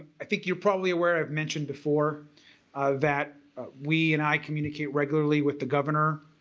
i think you're probably aware i've mentioned before that we and i communicate regularly with the governor,